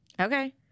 Okay